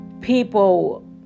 people